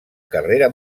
carrera